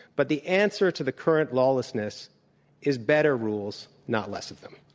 but the answer to the current lawlessness is better rules, not less of them.